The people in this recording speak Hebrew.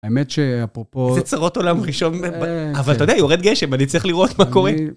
האמת שאפרופו... איזה צרות עולם ראשון, אבל אתה יודע, יורד גשם, אני צריך לראות מה קורה.